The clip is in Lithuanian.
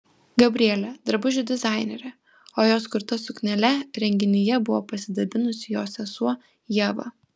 gabrielė drabužių dizainerė o jos kurta suknele renginyje buvo pasidabinusi jos sesuo ieva